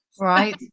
right